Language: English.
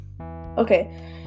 okay